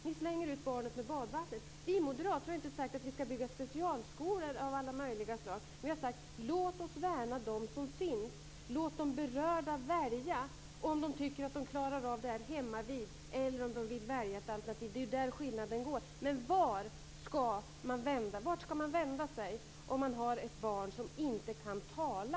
Ni slänger ut barnet med badvattnet. Vi moderater har inte sagt att vi ska bygga specialskolor av alla möjliga slag. Vi har sagt: Låt oss värna dem som finns! Låt de berörda välja om de tycker att de klarar av detta hemmavid eller om de vill välja ett alternativ! Det är där skillnaden går. Vart ska man vända sig om man har ett barn som inte kan tala?